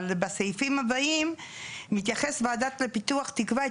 אבל בסעיפים הבאים מתייחס: "ועדת הפיתוח תקבע את